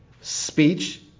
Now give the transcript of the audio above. speech